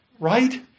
right